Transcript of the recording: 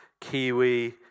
Kiwi